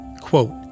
Quote